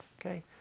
Okay